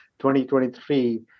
2023